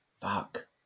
fuck